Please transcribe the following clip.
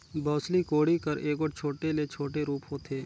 बउसली कोड़ी कर एगोट छोटे ले छोटे रूप होथे